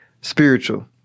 Spiritual